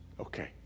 okay